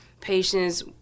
patients